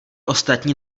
ostatní